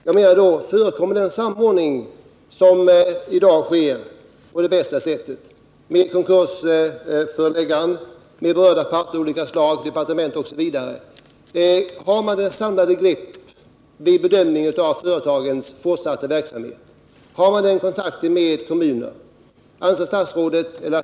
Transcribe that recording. Jag menar: Förekommer det någon samordning på bästa sätt med konkursföreläggande, berörda parter av olika slag, departement osv.? Har man ett samlat grepp vid bedömning av företagens fortsatta drift? Har man den kontakten med kommunerna?